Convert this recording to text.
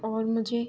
और मुझे